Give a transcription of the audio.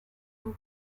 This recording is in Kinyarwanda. uko